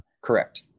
Correct